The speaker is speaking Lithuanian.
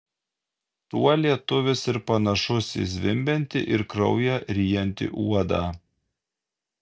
tuo lietuvis ir panašus į zvimbiantį ir kraują ryjantį uodą